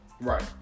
Right